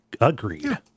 Agreed